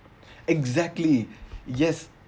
exactly yes